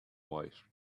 white